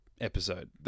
episode